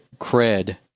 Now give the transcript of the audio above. cred